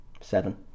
Seven